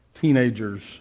teenagers